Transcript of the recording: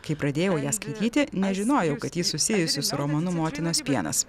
kai pradėjau ją skaityti nežinojau kad ji susijusi su romanu motinos pienas